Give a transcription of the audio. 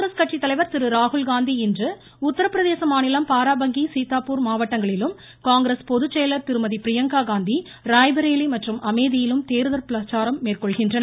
காங்கிரஸ் கட்சித்தலைவர் திருராகுல் காந்தி இன்று உத்தரபிரதேச மாநிலம் பாராபங்கி சீதாப்பூர் மாவட்டங்களிலும் காங்கிரஸ் பொதுச்செயலர் திருமதி பிரியங்கா காந்தி ராய்பரேலி மற்றும் அமேதியிலும் தேர்தல் பிரச்சாரம் மேற்கொள்கின்றனர்